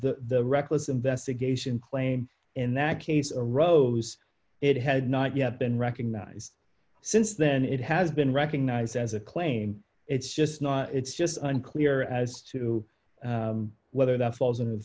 the reckless investigation claim in that case rose it had not yet been recognized since then it has been recognized as a claim it's just not it's just unclear as to whether that falls into